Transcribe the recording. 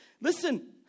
listen